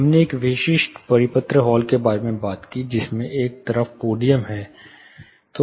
हमने एक विशिष्ट परिपत्र हॉल के बारे में बात की जिसमें एक तरफ पोडियम है